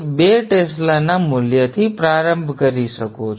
૨ ટેસ્લાના મૂલ્યથી પ્રારંભ કરી શકો છો